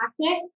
tactic